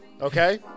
Okay